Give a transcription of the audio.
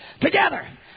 together